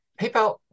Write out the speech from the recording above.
PayPal